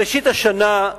בראשית השנה,